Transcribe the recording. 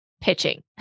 pitching